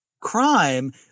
crime